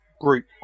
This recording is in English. group